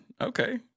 Okay